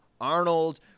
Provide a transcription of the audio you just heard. Arnold